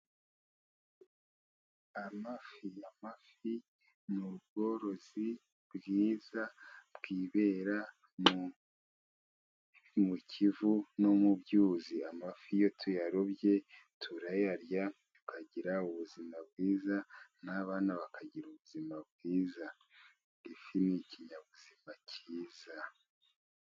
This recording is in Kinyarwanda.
Amafi ni ubworozi bwiza bwibera mu mu kivu no mu byuzi, amafi iyo tuyarobye turayarya tukagira ubuzima bwiza n'abana bakagira ubuzima bwiza, ifi ni ikinyabuzima cyiza.